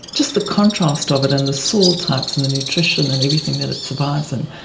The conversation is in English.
just the contrast of it and the soil types and the nutrition and everything that it survives in,